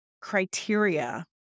criteria